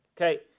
Okay